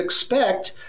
expect